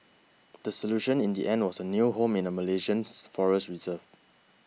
the solution in the end was a new home in a Malaysian forest reserve